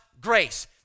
grace